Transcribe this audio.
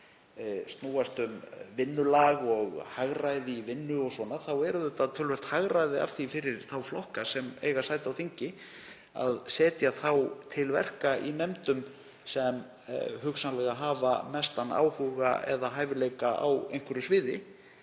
snúast um vinnulag og hagræði í vinnu þá er töluvert hagræði af því fyrir þá flokka sem eiga sæti á þingi að setja þá til verka í nefndum sem hugsanlega hafa mestan áhuga eða hæfileika á því sviði